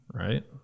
right